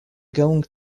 going